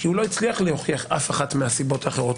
כי לא הצליח להוכיח אף אחת מהסיבות האחרות,